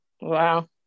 wow